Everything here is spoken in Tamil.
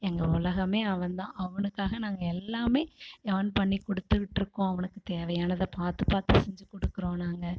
எங்கள் உலகமே அவன்தான் அவனுக்காக நாங்கள் எல்லாமே ஏர்ன் பண்ணிக் கொடுத்துட்டுருக்கோம் அவனுக்குத் தேவையானதை பார்த்து பார்த்து செஞ்சு கொடுக்குறோம் நாங்கள்